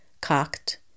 cocked